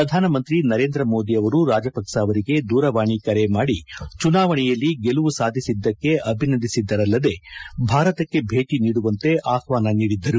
ಪ್ರಧಾನಮಂತ್ರಿ ನರೇಂದ್ರ ಮೋದಿ ಅವರು ರಾಜಪಕ್ಸ ಅವರಿಗೆ ದೂರವಾಣಿ ಕರೆ ಮಾದಿ ಚುನಾವಣೆಯಲ್ಲಿ ಗೆಲುವು ಸಾಧಿಸಿದ್ದಕ್ಕೆ ಅಭಿನಂದಿಸಿದ್ದರಲ್ಲದೆ ಭಾರತಕ್ಕೆ ಭೇಟಿ ನೀಡುವಂತೆ ಆಹ್ವಾನ ನೀಡಿದ್ದರು